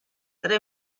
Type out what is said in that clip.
tre